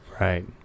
Right